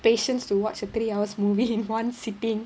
patience to watch a three hours movie in one sitting